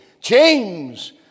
James